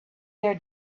their